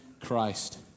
Christ